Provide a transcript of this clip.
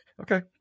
Okay